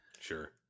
Sure